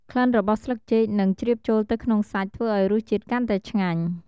ក្លិនរបស់ស្លឹកចេកនឹងជ្រាបចូលទៅក្នុងសាច់ ធ្វើឱ្យរសជាតិកាន់តែឆ្ងាញ់។